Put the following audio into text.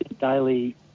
daily